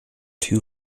two